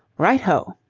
right ho.